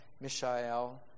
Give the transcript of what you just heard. Mishael